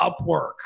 Upwork